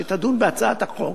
שתדון בהצעת החוק.